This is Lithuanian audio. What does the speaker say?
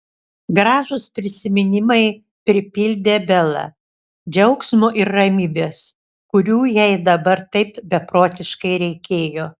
gražūs prisiminimai pripildė belą džiaugsmo ir ramybės kurių jai dabar taip beprotiškai reikėjo